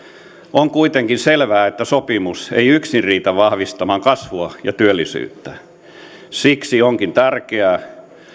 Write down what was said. on kuitenkin selvää että sopimus ei yksin riitä vahvistamaan kasvua ja työllisyyttä siksi onkin tärkeää